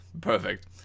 perfect